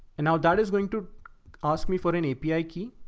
and now that is going to ask me for an api key,